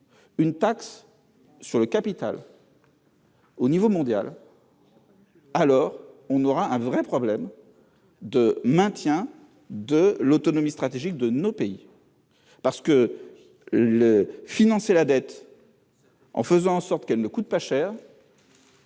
une taxe sur le capital au niveau mondial, nous aurons un vrai problème concernant le maintien de l'autonomie stratégique de nos pays. En effet, financer la dette en faisant en sorte qu'elle ne coûte pas cher,